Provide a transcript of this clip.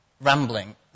rambling